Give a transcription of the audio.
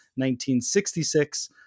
1966